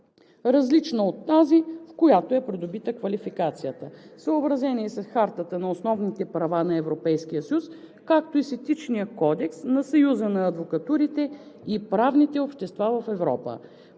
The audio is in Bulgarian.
различна от тази, в която е придобита квалификацията. Съобразен е и с Хартата на основните права на Европейския съюз, както и с Етичния кодекс на Съюза на адвокатурите и правните общества в Европа.